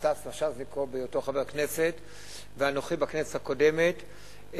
סטס מיסז'ניקוב בהיותו חבר כנסת ואנוכי בכנסת הקודמת,